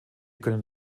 können